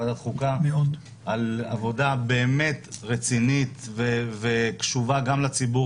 וועדת חוקה על עבודה באמת רצינית וקשובה גם לציבור